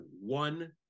one